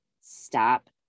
stop